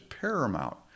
paramount